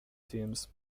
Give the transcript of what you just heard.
teams